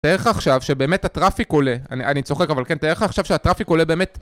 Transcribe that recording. תאר לך עכשיו שבאמת הטראפיק עולה אני צוחק אבל כן תאר לך עכשיו שהטראפיק עולה באמת